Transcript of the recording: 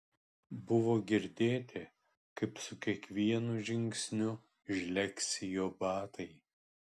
buvo girdėti kaip su kiekvienu žingsniu žlegsi jo batai